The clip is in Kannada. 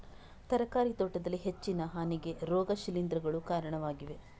ತರಕಾರಿ ತೋಟದಲ್ಲಿ ಹೆಚ್ಚಿನ ಹಾನಿಗೆ ರೋಗ ಶಿಲೀಂಧ್ರಗಳು ಕಾರಣವಾಗಿವೆ